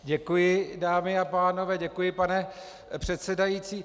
Děkuji, dámy a pánové, děkuji, pane předsedající.